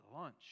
lunch